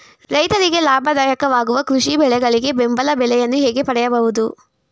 ರೈತರಿಗೆ ಲಾಭದಾಯಕ ವಾಗುವ ಕೃಷಿ ಬೆಳೆಗಳಿಗೆ ಬೆಂಬಲ ಬೆಲೆಯನ್ನು ಹೇಗೆ ಪಡೆಯಬಹುದು?